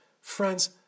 friends